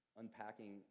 unpacking